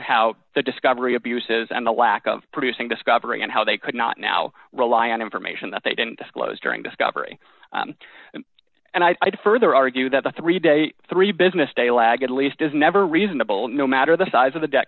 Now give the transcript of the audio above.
how the discovery abuses and the lack of producing discovery and how they could not now rely on information that they didn't disclose during discovery and i'd further argue that the three day three business day lag at least is never reasonable no matter the size of the debt